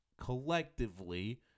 collectively